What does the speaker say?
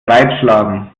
breitschlagen